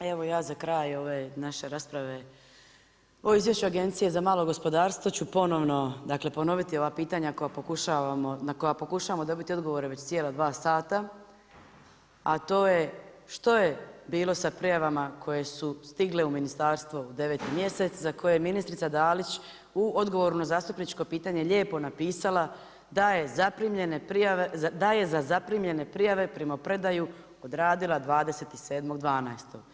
Evo ja za kraj, ove naše rasprave, o izvješću agencije za malo gospodarstvo, ću ponovno dakle, ponoviti ova pitanja na koja pokušavamo dobiti odgovore već cijela 2 sata, a to je što je bilo sa prijavama koje su stigle u ministarstvo u 9. mjesec, za koje je ministrica Dalić u odgovoru na zastupničko pitanje lijepo napisala da je zaprimljene prijave, da je za zaprimljene prijave, primopredaju odradila 27.12.